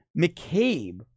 McCabe